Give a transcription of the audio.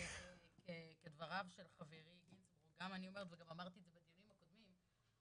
לדבריו של חברי --- וגם אמרתי את זה בדיונים הקודמים,